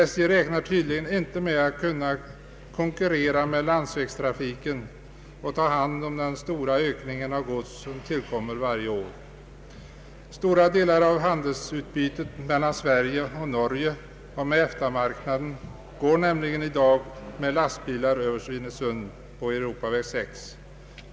SJ räknar tydligen inte på att kunna konkurrera med landsvägstrafiken och ta hand om den stora ökningen av gods som tillkommer varje år. Stora delar av handelsutbytet mellan Sverige och Norge och med EFTA-marknaden går nämligen i dag med lastbilar över Svinesund på Europaväg 6.